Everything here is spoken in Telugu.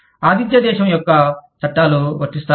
ఆతిధ్య దేశం యొక్క చట్టాలు వర్తిస్తాయా